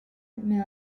mais